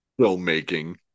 filmmaking